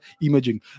imaging